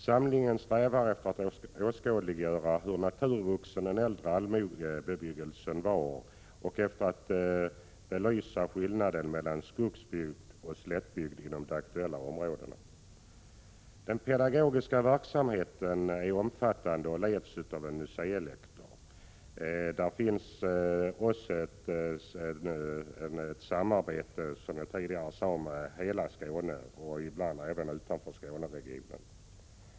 Samlingen strävar efter att åskådliggöra hur ”naturvuxen” den äldre allmogebebyggelsen var och efter att belysa skillnaden mellan skogsbygd och slättbygd inom det aktuella området. Den pedagogiska verksamheten är omfattande och leds av en museilektor. Där finns också ett samarbete med hela Skåne och ibland även utanför Skåne.